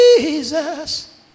Jesus